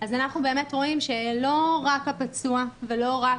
אז אנחנו באמת רואים שלא רק הפצוע ולא רק